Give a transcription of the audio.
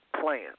plan